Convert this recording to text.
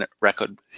record